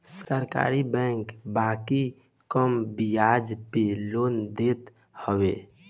सरकारी बैंक बाकी कम बियाज पे लोन देत हवे